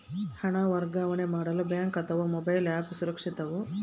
ಹಣ ವರ್ಗಾವಣೆ ಮಾಡಲು ಬ್ಯಾಂಕ್ ಅಥವಾ ಮೋಬೈಲ್ ಆ್ಯಪ್ ಸುರಕ್ಷಿತವೋ?